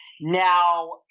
Now